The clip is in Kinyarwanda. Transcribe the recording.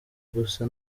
gusa